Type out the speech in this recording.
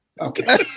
Okay